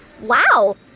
Wow